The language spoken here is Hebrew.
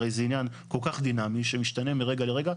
הרי זה עניין כל כך דינמי שמשתנה מרגע לרגע.